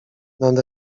nad